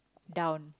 down